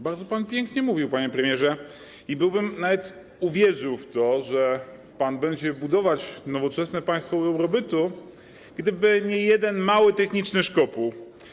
Bardzo pan pięknie mówił, panie premierze, i byłbym nawet uwierzył w to, że będzie pan budować nowoczesne państwo dobrobytu, gdyby nie jeden, mały techniczny szkopuł.